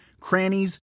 crannies